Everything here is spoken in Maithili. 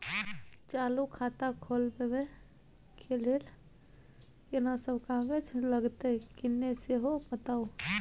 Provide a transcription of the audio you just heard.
चालू खाता खोलवैबे के लेल केना सब कागज लगतै किन्ने सेहो बताऊ?